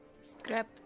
Scrap